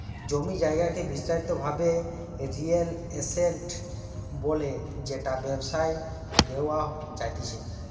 জমি জায়গাকে বিস্তারিত ভাবে রিয়েল এস্টেট বলে যেটা ব্যবসায় দেওয়া জাতিচে